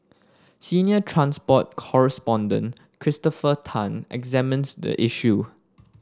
senior transport correspondent Christopher Tan examines the issue